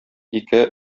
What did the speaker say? ике